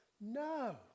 No